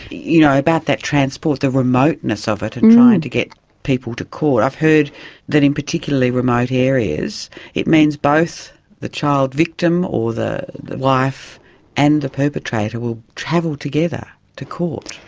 you know about that transport, the remoteness of it and trying to get people to court, i've heard that in particularly remote areas it means both the child victim or the wife and the perpetrator will travel together to court.